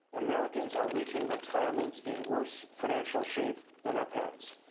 americans are reaching retirement in worse financial shape than their parents.